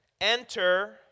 enter